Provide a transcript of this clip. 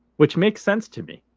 which makes sense to me